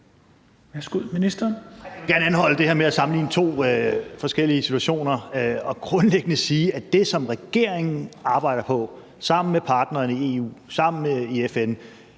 (Jeppe Kofod): Jeg vil gerne anholde det her med at sammenligne to forskellige situationer og grundlæggende sige, at det, som regeringen arbejder på sammen med partnere i EU, sammen med FN